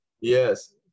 Yes